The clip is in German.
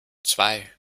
zwei